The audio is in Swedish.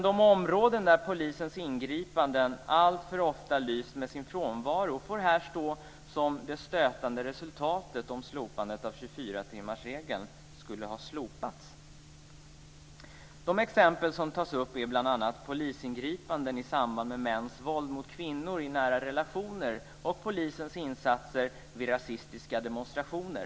De områden där polisens ingripanden alltför ofta lyser med sin frånvaro får här stå som exempel på det stötande resultatet om slopandet av De exempel som tas upp är bl.a. polisingripanden i samband med mäns våld mot kvinnor i nära relationer och polisens insatser vid rasistiska demonstrationer.